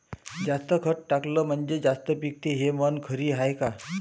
जास्त खत टाकलं म्हनजे जास्त पिकते हे म्हन खरी हाये का?